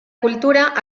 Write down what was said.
cultura